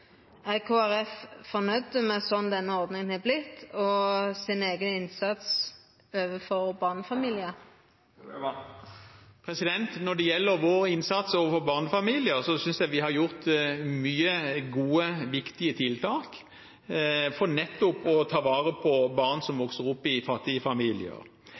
Er Kristeleg Folkeparti fornøgd med denne ordninga slik ho har vorte, og med sin eigen innsats overfor barnefamiliar? Når det gjelder vår innsats overfor barnefamilier, synes jeg vi har gjort mange gode, viktige tiltak nettopp for å ta vare på barn som vokser opp i fattige familier.